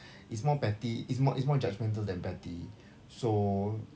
it's more petty is more is more judgemental than petty so